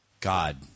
God